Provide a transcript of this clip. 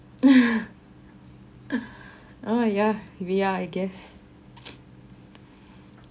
oh yeah we are I guess